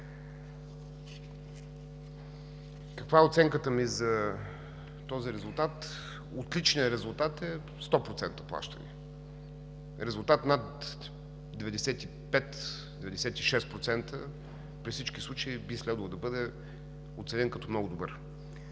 Каква е оценката ми за този резултат? Отличният резултат е 100% плащания. Резултат над 95 – 96% при всички случаи би следвало да бъде оценен като много добър.